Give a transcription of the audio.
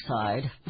side